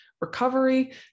recovery